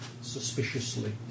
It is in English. suspiciously